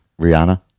Rihanna